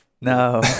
No